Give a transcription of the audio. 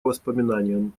воспоминаниям